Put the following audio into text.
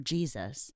Jesus